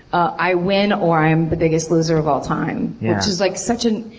i win or i'm the biggest loser of all time. which is like, such a.